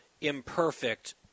imperfect